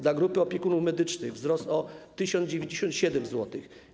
Dla grupy opiekunów medycznych - wzrost o 1097 zł.